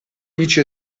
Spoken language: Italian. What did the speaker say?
dici